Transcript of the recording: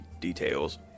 details